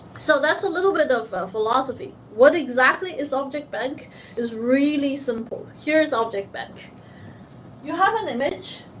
so that's a little bit of a philosophy. what exactly is ah objectbank is really simple. here is ah objectbank you have an image,